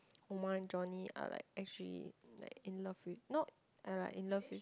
Omar and Johnny are like actually like in love with not in love with